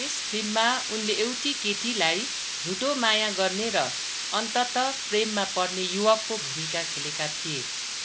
त्यस फिल्ममा उनले एउटी केटीलाई झुटो माया गर्ने र अन्ततः प्रेममा पर्ने युवकको भूमिका खेलेका थिए